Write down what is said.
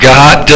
God